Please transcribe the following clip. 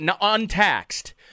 untaxed